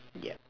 yeah